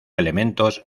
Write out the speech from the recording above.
elementos